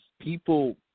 People